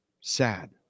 Sad